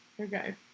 okay